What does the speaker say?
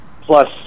plus